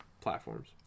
platforms